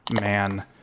man